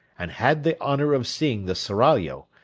and had the honour of seeing the seraglio,